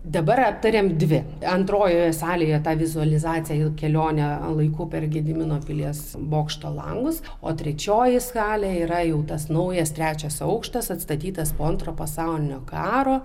dabar aptarėm dvi antrojoje salėje ta vizualizacija kelionę laiku per gedimino pilies bokšto langus o trečioji skalė yra jau tas naujas trečias aukštas atstatytas po antro pasaulinio karo